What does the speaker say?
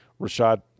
Rashad